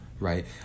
right